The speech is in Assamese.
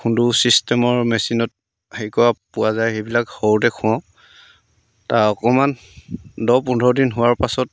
সুন্দৰ ছিষ্টেমৰ মেচিনত হেৰি কৰা পোৱা যায় সেইবিলাক সৰুতে খুৱাওঁ তাৰ অকণমান দহ পোন্ধৰ দিন হোৱাৰ পাছত